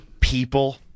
people